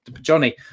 Johnny